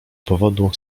powodu